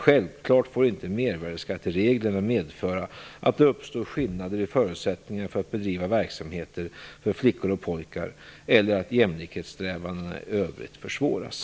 Självfallet får inte mervärdesskattereglerna medföra att det uppstår skillnader i förutsättningarna för att bedriva verksamheter för flickor och pojkar eller att jämlikhetssträvandena i övrigt försvåras.